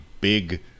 big